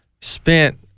spent